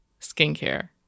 skincare